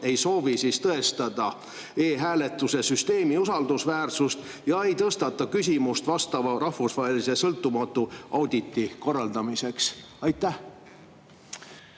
ei soovi tõestada e‑hääletuse süsteemi usaldusväärsust ja ei tõstata küsimust vastava rahvusvahelise sõltumatu auditi korraldamiseks. Aitäh!